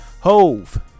hove